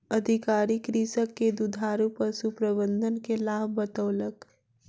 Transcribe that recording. अधिकारी कृषक के दुधारू पशु प्रबंधन के लाभ बतौलक